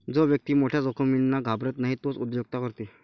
जो व्यक्ती मोठ्या जोखमींना घाबरत नाही तोच उद्योजकता करते